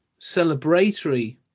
celebratory